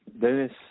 Dennis